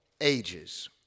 ages